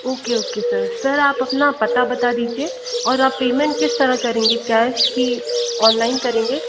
okay okay sir sir आप अपना पता बता दीजिए और आप पेमेंट किस तरह करेंगे कैश कि ऑनलाइन करेंगे